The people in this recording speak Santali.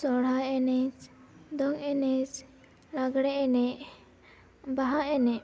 ᱥᱚᱨᱦᱟᱭ ᱮᱱᱮᱡ ᱫᱚᱝ ᱮᱱᱮᱡ ᱞᱟᱜᱽᱲᱮ ᱮᱱᱮᱡ ᱵᱟᱦᱟ ᱮᱱᱮᱡ